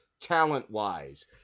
talent-wise